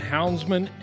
Houndsman